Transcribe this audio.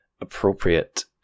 appropriate